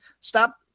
Stop